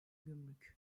gümrük